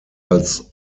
als